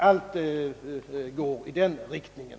Allt pekar i den riktningen.